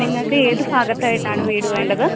നിങ്ങൾക്ക് ഏതു ഭാഗത്തായിട്ടാണു വീടു വേണ്ടത്